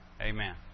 Amen